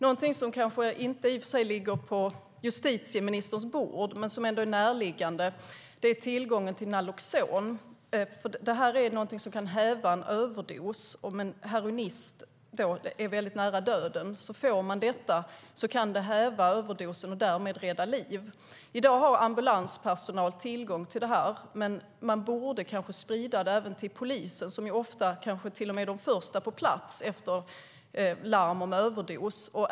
Någonting som i och för sig inte ligger på justitieministerns bord men som ändå är närliggande handlar om tillgången till naloxon, som kan häva en överdos. Om en heroinist är nära döden på grund av en överdos kan naloxon häva överdosen och därmed rädda liv. I dag har ambulanspersonal tillgång till detta, men det borde kanske spridas även till polisen, som ofta är först på plats efter larm om överdos.